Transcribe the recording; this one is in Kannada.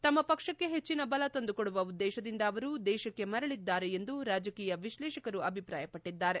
ತಮ್ಮ ಪಕ್ಷಕ್ಕೆ ಹೆಚ್ಚಿನ ಬಲ ತಂದುಕೊಡುವ ಉದ್ದೇಶದಿಂದ ಅವರು ದೇಶಕ್ಕೆ ಮರಳಿದ್ದಾರೆ ಎಂದು ರಾಜಕೀಯ ವಿಶ್ಲೇಷಕರು ಅಭಿಪ್ರಾಯಪಟ್ಟಿದ್ದಾರೆ